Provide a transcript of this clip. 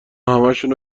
همشونو